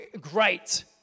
great